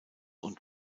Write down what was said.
und